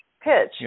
pitch